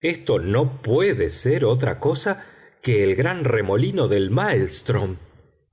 esto no puede ser otra cosa que el gran remolino del maelstrm